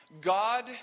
God